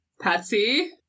Patsy